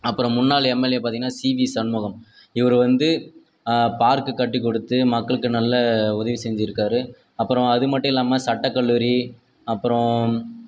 அப்புறம் முன்னாள் எம்எல்ஏ பார்த்தீங்கனா சிவி சண்முகம் இவர் வந்து பார்க்கு கட்டிக்கொடுத்து மக்களுக்கு நல்ல உதவி செஞ்சிருக்காரு அப்புறம் அது மட்டும் இல்லாமல் சட்டக்கல்லூரி அப்புறம்